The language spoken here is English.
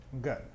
Good